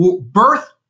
birth